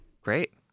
Great